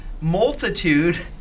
multitude